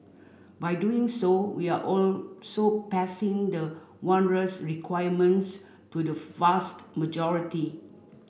by doing so we are also passing the onerous requirements to the fast majority